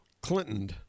clinton